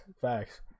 Facts